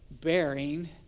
bearing